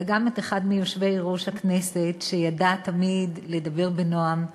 וגם את אחד מיושבי-ראש הכנסת שידע תמיד לדבר בנועם ולהרגיע,